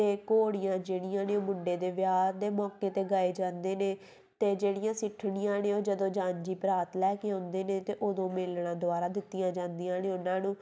ਅਤੇ ਘੋੜੀਆਂ ਜਿਹੜੀਆਂ ਨੇ ਉਹ ਮੁੰਡੇ ਦੇ ਵਿਆਹ ਦੇ ਮੌਕੇ 'ਤੇ ਗਾਏ ਜਾਂਦੇ ਨੇ ਅਤੇ ਜਿਹੜੀਆਂ ਸਿਠਣੀਆਂ ਨੇ ਉਹ ਜਦੋਂ ਜਾਂਝੀ ਬਰਾਤ ਲੈ ਕੇ ਆਉਂਦੇ ਨੇ ਤਾਂ ਉਦੋਂ ਮੇਲਣਾ ਦੁਆਰਾ ਦਿੱਤੀਆਂ ਜਾਂਦੀਆਂ ਨੇ ਉਹਨਾਂ ਨੂੰ